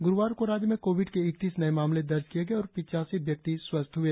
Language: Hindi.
ग़रुवार को राज्य में कोविड के इकतीस नए मामले दर्ज किए गए और पिच्चासी व्यक्ति स्वस्थ हए